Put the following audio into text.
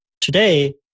today